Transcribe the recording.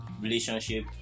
relationship